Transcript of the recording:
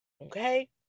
Okay